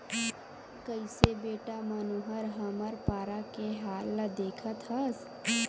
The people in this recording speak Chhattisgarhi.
कइसे बेटा मनोहर हमर पारा के हाल ल देखत हस